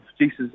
Jesus